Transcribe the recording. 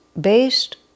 based